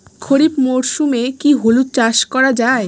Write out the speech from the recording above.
খরিফ মরশুমে কি হলুদ চাস করা য়ায়?